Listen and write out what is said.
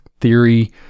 theory